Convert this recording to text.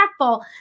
impactful